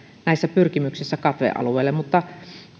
näissä pyrkimyksissä katvealueelle mutta